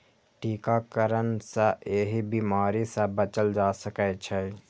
टीकाकरण सं एहि बीमारी सं बचल जा सकै छै